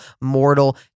mortal